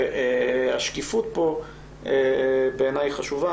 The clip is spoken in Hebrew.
והשקיפות פה בעיניי חשובה.